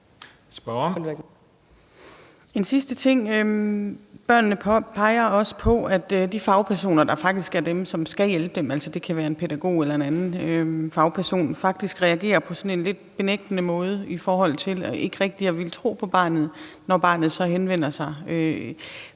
En sidste ting: Børnene peger også på, at de fagpersoner, der er dem, som skal hjælpe dem – det kan være en pædagog eller en anden fagperson – faktisk reagerer på sådan en lidt afvisende måde i forhold til ikke rigtig at ville tro på barnet, når barnet henvender sig,